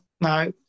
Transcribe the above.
No